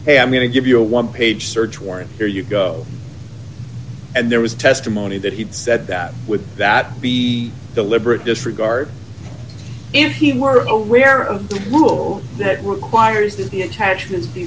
a i'm going to give you a one page search warrant there you go and there was testimony that he said that would that be deliberate disregard if he were aware of the rule that requires that the attachments